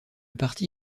parti